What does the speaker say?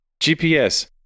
GPS